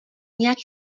nějak